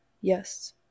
yes